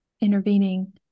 intervening